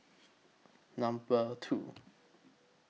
Number two